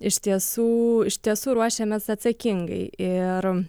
iš tiesų iš tiesų ruošiamės atsakingai ir